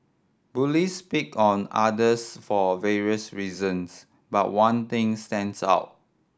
bullies pick on others for various reasons but one thing stands out